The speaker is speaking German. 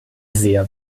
sehr